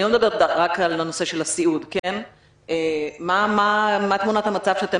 אני לא מדברת רק בנושא של הסיעוד מה תמונת המצב שאתם